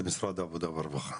למשרד העבודה והרווחה.